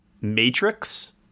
Matrix